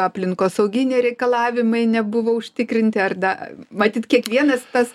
aplinkosauginiai reikalavimai nebuvo užtikrinti ar da matyt kiekvienas tas